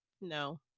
No